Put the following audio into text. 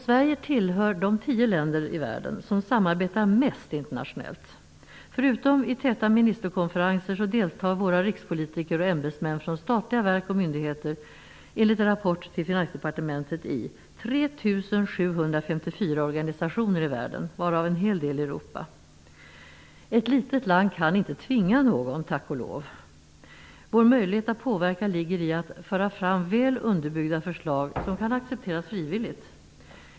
Sverige tillhör de tio länder i världen som samarbetar mest internationellt. Förutom i täta ministerkonferenser deltar våra rikspolitiker och ämbetsmän från statliga verk och myndigheter, enligt en rapport till Finansdepartementet, i 3 754 organisationer i världen, varav en hel del i Europa. Ett litet land kan inte tvinga någon. Vår möjlighet att påverka ligger i att föra fram väl underbyggda förslag som kan accepteras frivilligt.